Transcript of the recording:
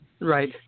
Right